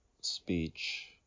speech